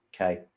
okay